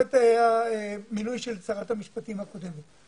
במסגרת מינוי של שרת המשפטים הקודמת.